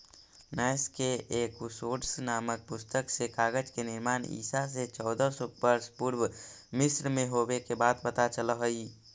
नैश के एकूसोड्स् नामक पुस्तक से कागज के निर्माण ईसा से चौदह सौ वर्ष पूर्व मिस्र में होवे के बात पता चलऽ हई